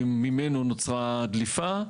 ממנו נוצרה דליפה.